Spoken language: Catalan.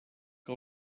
que